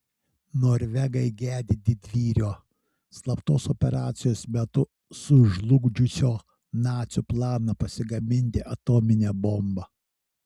norvegai gedi didvyrio slaptos operacijos metu sužlugdžiusio nacių planą pasigaminti atominę bombą